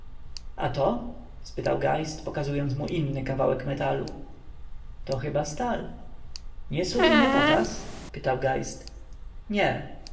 a to spytał geist pokazując mu inny kawałek metalu to chyba stal nie sód i nie potas pytał geist nie